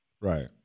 Right